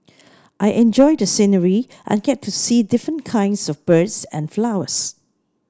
I enjoy the scenery and get to see different kinds of birds and flowers